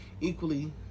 equally